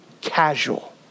casual